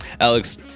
Alex